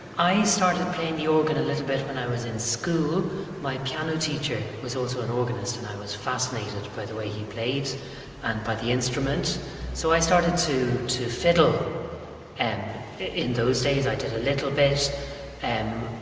i started playing the organ a little bit when i was in school my piano teacher was also an organist and i was fascinated by the way he played and by the instrument so i started to to fiddle and in those days i did a little bit and